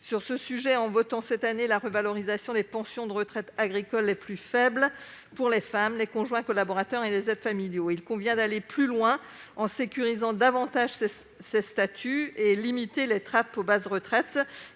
sur ce sujet, en votant cette année la revalorisation des pensions de retraite agricoles les plus faibles pour les femmes, les conjoints collaborateurs et les aides familiaux. Il convient d'aller plus loin en sécurisant davantage ces statuts et en limitant les trappes aux basses retraites,